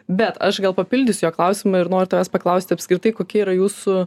bet aš gal papildysiu jo klausimą ir noriu tavęs paklausti apskritai kokia yra jūsų